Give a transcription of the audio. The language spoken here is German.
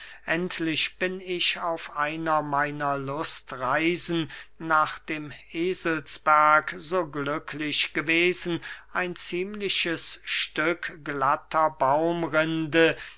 endlich bin ich auf einer meiner lustreisen nach dem eselsberg so glücklich gewesen ein ziemliches stück glatter baumrinde